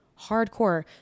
hardcore